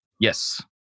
yes